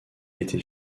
était